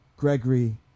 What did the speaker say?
Gregory